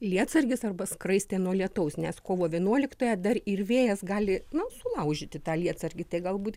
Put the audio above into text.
lietsargis arba skraistė nuo lietaus nes kovo vienuoliktąją dar ir vėjas gali na sulaužyti tą lietsargį tai galbūt